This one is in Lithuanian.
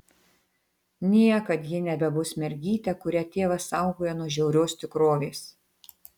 niekad ji nebebus mergytė kurią tėvas saugojo nuo žiaurios tikrovės